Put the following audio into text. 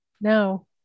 No